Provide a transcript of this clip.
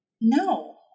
no